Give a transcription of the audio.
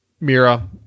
Mira